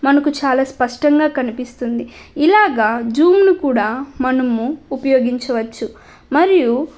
మనకు చాలా స్పష్టంగా కనిపిస్తుంది ఇలాగ జూమ్ను కూడా మనము ఉపయోగించవచ్చు మరియు